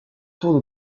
tourne